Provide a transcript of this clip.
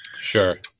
Sure